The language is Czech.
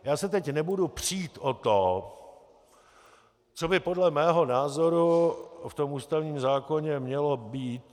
Já se teď nebudu přít o to, co by podle mého názoru v ústavním zákoně mělo být.